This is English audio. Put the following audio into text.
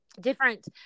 different